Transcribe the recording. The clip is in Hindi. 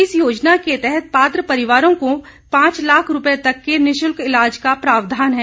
इस योजना के तहत पात्र परिवारों को पांच लाख रुपये तक के निःशुल्क ईलाज का प्रावधान है